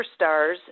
superstars